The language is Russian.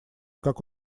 как